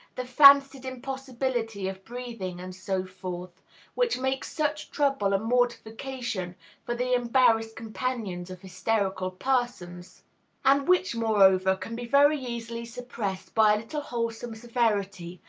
the fancied impossibility of breathing, and so forth which make such trouble and mortification for the embarrassed companions of hysterical persons and which, moreover, can be very easily suppressed by a little wholesome severity,